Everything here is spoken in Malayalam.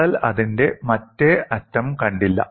വിള്ളൽ അതിന്റെ മറ്റേ അറ്റം കണ്ടില്ല